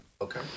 okay